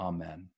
Amen